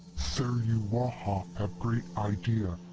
suruwaha have great idea.